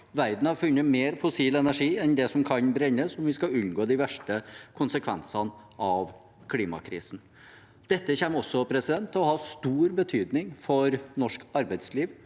Verden har funnet mer fossil energi enn det som kan brennes om vi skal unngå de verste konsekvensene av klimakrisen. Dette kommer også til å ha stor betydning for norsk arbeidsliv